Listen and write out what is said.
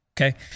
okay